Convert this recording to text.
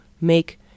make